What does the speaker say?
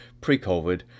pre-COVID